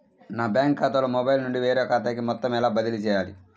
నా బ్యాంక్ ఖాతాలో మొబైల్ నుండి వేరే ఖాతాకి మొత్తం ఎలా బదిలీ చేయాలి?